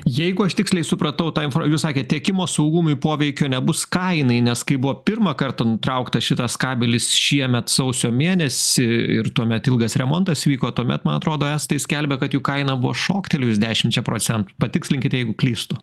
jeigu aš tiksliai supratau tą inf jūs sakėt tiekimo saugumui poveikio nebus kainai nes kai buvo pirmą kartą nutrauktas šitas kabelis šiemet sausio mėnesį i ir tuomet ilgas remontas vyko tuomet man atrodo estai skelbė kad jų kaina buvo šoktelėjus dešimčia procent patikslinkit jeigu klystu